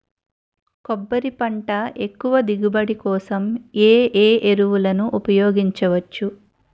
కొబ్బరి పంట ఎక్కువ దిగుబడి కోసం ఏ ఏ ఎరువులను ఉపయోగించచ్చు?